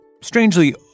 Strangely